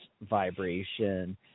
vibration